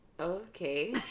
Okay